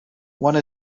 one